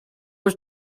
was